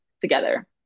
together